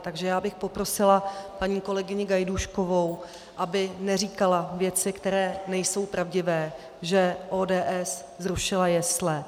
Takže bych poprosila paní kolegyni Gajdůškovou, aby neříkala věci, které nejsou pravdivé, že ODS zrušila jesle.